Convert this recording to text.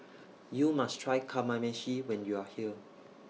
YOU must Try Kamameshi when YOU Are here